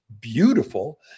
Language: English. beautiful